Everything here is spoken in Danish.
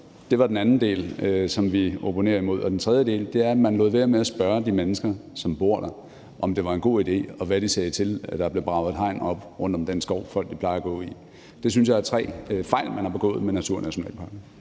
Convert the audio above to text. Det er den anden del, som vi opponerer imod. Den tredje del er, at man lod være med at spørge de mennesker, som bor der, om det var en god idé, og hvad de sagde til, at der blev braget et hegn op rundt om den skov, som folk plejede at gå i. Det synes jeg er tre fejl, man har begået med naturnationalparkerne.